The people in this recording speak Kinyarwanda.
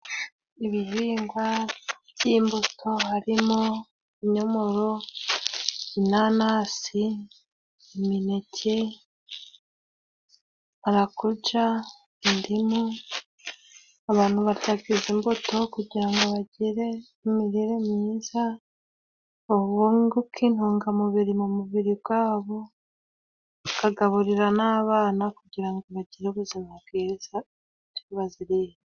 Ibihingwa by'imbuto harimo: ibinyomoro, inanasi, imineke, barakuja, indimu. Abantu batakwiza imbuto kugira ngo bagire imirire myiza, bunguke intungamubiri mu mubiri gwabo, bakagaburira n'abana kugira ngo bagire ubuzima bwiza iyo baziriye.